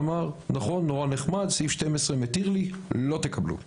אמר שהכל נכון אבל סעיף 12 מתיר לו ולא יקבלו רישיון.